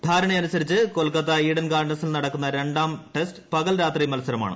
ധാരണയനുസരിച്ച് Kolkata Eden ഗാർഡൻസിൽ നടക്കുന്ന രണ്ടാം ടെസ്റ്റ് പകൽ രാത്രി മൽസരമാണ്